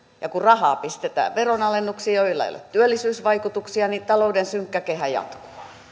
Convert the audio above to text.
ja kun rahaa pistetään veronalennuksiin joilla ei ole työllisyysvaikutuksia niin talouden synkkä kehä jatkuu